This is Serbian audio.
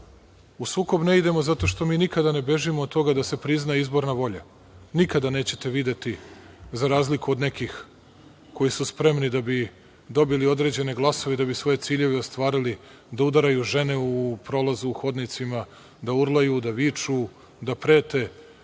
sukob ne idemo zato što mi nikada ne bežimo od toga da se prizna izborna volja. Nikada nećete videti, za razliku od nekih koji su spremni da bi dobili određene glasove i da bi svoje ciljeve ostvarili, da udaraju žene u prolazu, u hodnicima, da urlaju, da viču, da prete,